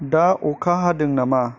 दा अखा हादों नामा